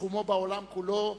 בתחומו בעולם כולו,